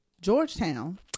georgetown